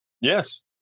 Yes